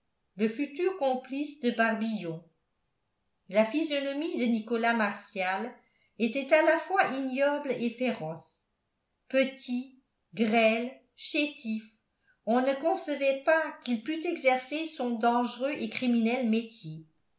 le futur complice de barbillon la physionomie de nicolas martial était à la fois ignoble et féroce petit grêle chétif on ne concevait pas qu'il pût exercer son dangereux et criminel